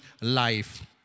life